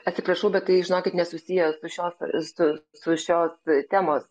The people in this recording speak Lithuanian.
atsiprašau bet tai žinokit nesusiję su šios su su šio temos